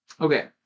Okay